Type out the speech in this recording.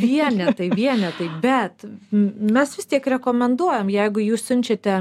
vienetai vienetai bet mes vis tiek rekomenduojam jeigu jūs siunčiate